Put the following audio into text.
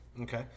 Okay